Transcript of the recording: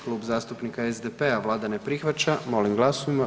Klub zastupnika SDP-a, Vlada ne prihvaća, molim glasujmo.